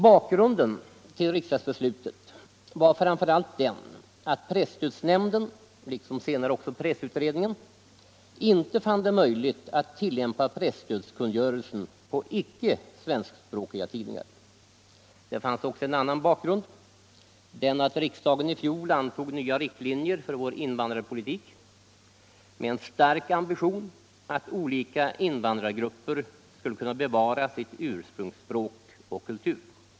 Bakgrunden till riksdagsbeslutet var framför allt den att presstödsnämnden liksom senare också pressutredningen inte fann det möjligt att tillämpa presstödskungörelsen på icke svenskspråkiga tidningar. Det fanns också en annan bakgrund, den att riksdagen i fjol antog nya riktlinjer för vår invandrarpolitik, med en stark ambition att olika invandrargrupper skulle kunna bevara sitt ursprungsspråk och sin kultur.